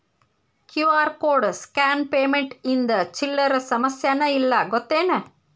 QR code scan payment ಇಂದ ಚಿಲ್ಲರ್ ಸಮಸ್ಯಾನ ಇಲ್ಲ ಗೊತ್ತೇನ್?